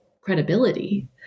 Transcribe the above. credibility